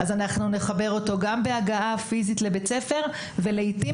נחבר אותו גם בהגעה פיזית לבית הספר ולעיתים